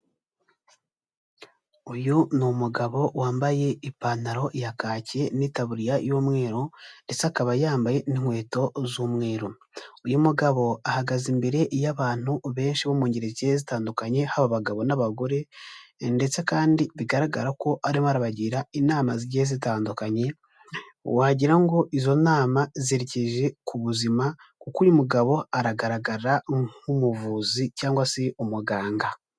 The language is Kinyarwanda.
Uyu ni umugabo wambaye ipantaro ya kake n'itaburiya y'umweru ndetse akaba yambaye n'inkweto z'umweru, uyu mugabo ahagaze imbere y'abantu benshi bo mu ngeri zigiye zitandukanye, haba abagabo n'abagore ndetse kandi bigaragara ko arimo arabagira inama zigiye zitandukanye, wagira ngo izo nama zerekeje ku buzima kuko uyu mugabo aragaragara nk'umuvuzi cyangwa se umuganga.